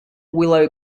willow